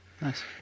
Nice